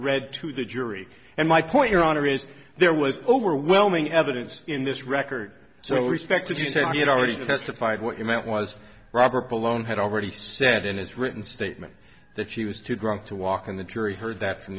read to the jury and my point your honor is there was overwhelming evidence in this record so respected you take it already testified what you meant was robert balonne had already said in his written statement that she was too drunk to walk and the jury heard that from